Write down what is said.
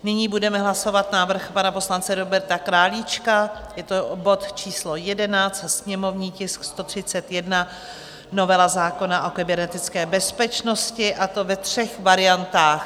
Nyní budeme hlasovat návrh pana poslance Roberta Králíčka, je to bod číslo 11, sněmovní tisk 131, novela zákona o kybernetické bezpečnosti, a to ve třech variantách.